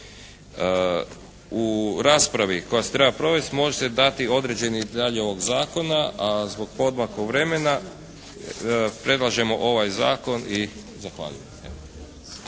U raspravi koja se treba provesti može se dati određeni detalji ovog zakona, a zbog poodmaklog vremena predlažemo ovaj zakon i zahvaljujemo.